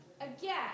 again